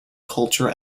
culture